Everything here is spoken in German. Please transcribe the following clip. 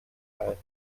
teil